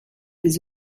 des